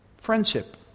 Friendship